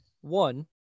One